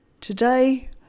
Today